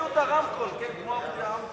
המציאו את הרמקול, כן, כמו העם הפלסטיני,